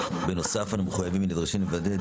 בנוסף אנחנו מחויבים ונדרשים לוודא את